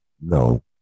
No